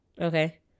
okay